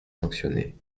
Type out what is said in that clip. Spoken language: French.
sanctionner